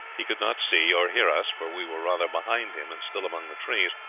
he could not see or hear us, for we were rather behind him and still among the trees,